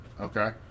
Okay